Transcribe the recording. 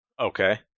Okay